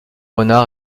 renard